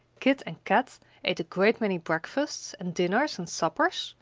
kit and kat ate a great many breakfasts and dinners and suppers,